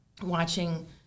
watching